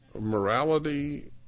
morality